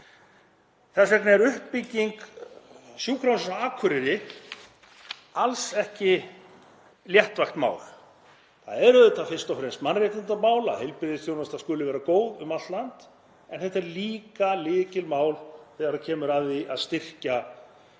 Þess vegna er uppbygging á Sjúkrahúsinu á Akureyri alls ekki léttvægt mál. Það er auðvitað fyrst og fremst mannréttindamál að heilbrigðisþjónustan skuli vera góð um allt land. En þetta er líka lykilmál þegar kemur að því að styrkja